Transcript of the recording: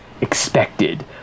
expected